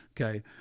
okay